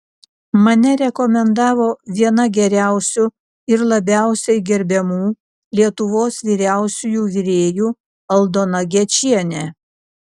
mane rekomendavo viena geriausių ir labiausiai gerbiamų lietuvos vyriausiųjų virėjų aldona gečienė